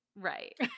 Right